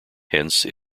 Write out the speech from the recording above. hence